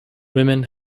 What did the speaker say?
women